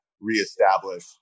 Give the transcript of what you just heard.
reestablish